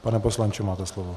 Pane poslanče, máte slovo.